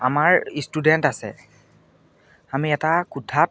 আমাৰ ষ্টুডেণ্ট আছে আমি এটা কোঠাত